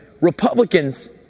Republicans